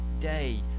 day